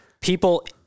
people